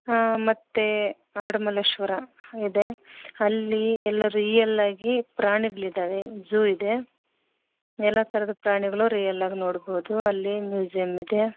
ಹಾಂ ಮತ್ತು ಆಡು ಮಲ್ಲೇಶ್ವರ ಇದೆ ಅಲ್ಲಿ ಎಲ್ಲ ರಿಯಲ್ಲ್ ಆಗಿ ಪ್ರಾಣಿಗಳಿದಾವೆ ಝೂ ಇದೆ ಎಲ್ಲ ಥರದ ಪ್ರಾಣಿಗಳು ರಿಯಲ್ಲಾಗಿ ನೋಡ್ಬೋದು ಅಲ್ಲಿ ಮ್ಯೂಝಿಯಮ್ ಇದೆ